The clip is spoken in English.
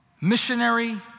missionary